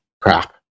crap